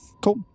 Cool